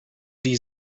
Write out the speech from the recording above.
die